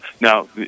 Now